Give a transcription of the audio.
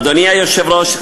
אדוני היושב-ראש,